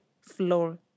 floor